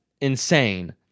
insane